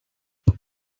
many